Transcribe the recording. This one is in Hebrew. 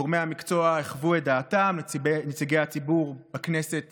גורמי המקצוע החוו את דעתם, נציגי הציבור בכנסת